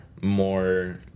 more